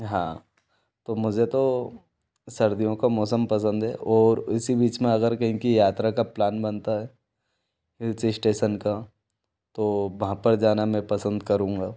हाँ तो मुझे तो सर्दियों का मौसम पसंद है और इसी बीच में अगर कहीं की यात्रा का प्लान बनता है हिल्स स्टेसन का तो वहाँ पर जाना मैं पसंद करूँगा